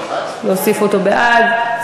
גם אני.